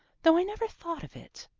though i never thought of it.